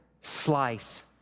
slice